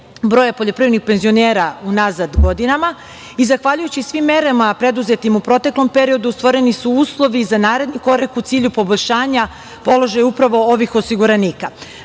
broja poljoprivrednih penzionera unazad godinama. Zahvaljujući svim merama preduzetim u proteklom periodu, stvoreni su uslovi za naredni korak u cilju poboljšanja položaja upravo ovih osiguranika. Ministar